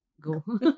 Go